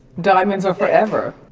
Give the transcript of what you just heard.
diamonds are forever.